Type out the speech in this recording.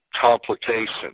complication